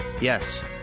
Yes